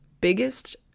biggest